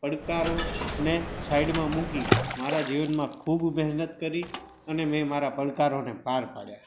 પડકારોને સાઈડમાં મૂકી મારાં જીવનમાં ખૂબ મહેનત કરી અને મેં મારા પડકારોને પાર પાડ્યા